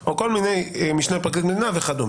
וכד'